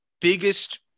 biggest